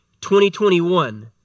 2021